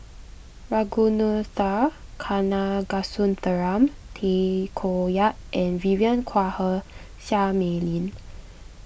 Ragunathar Kanagasuntheram Tay Koh Yat and Vivien Quahe Seah Mei Lin